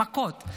מכות,